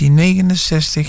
1969